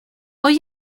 hoy